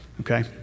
okay